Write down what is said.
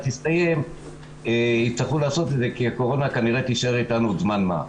תסתיים כי הקורונה כנראה תישאר אתנו עוד זמן מה.